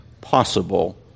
possible